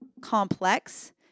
complex